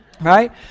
Right